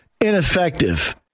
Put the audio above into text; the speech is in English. ineffective